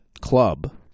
club